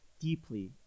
deeply